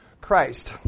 Christ